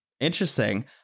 interesting